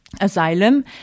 asylum